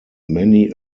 many